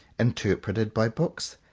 interpreted by books,